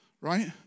Right